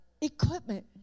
equipment